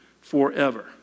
forever